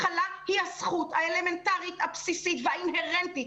הכלה היא הזכות האלמנטרית הבסיסית והאינהרנטית